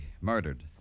murdered